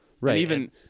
Right